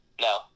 No